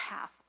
half